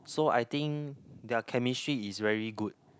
so I think their chemistry is very good